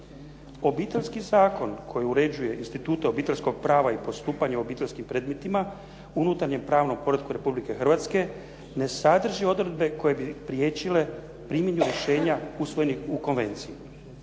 Obiteljski zakon koji uređuju institute obiteljskog prava i postupanja u obiteljskim predmetima unutarnjem pravnom poretku Republike Hrvatske ne sadrži odredbe koje bi priječile primjenu rješenja usvojenih u konvenciji.